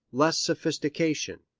less sophistication,